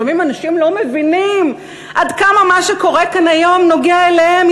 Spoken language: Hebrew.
לפעמים אנשים לא מבינים עד כמה מה שקורה כאן היום נוגע אליהם,